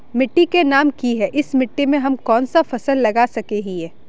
मिट्टी के नाम की है इस मिट्टी में हम कोन सा फसल लगा सके हिय?